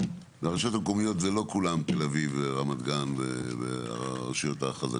הרשויות המקומיות זה לא כולם תל אביב רמת גן והרשויות החזקות,